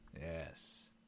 Yes